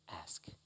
ask